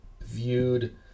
viewed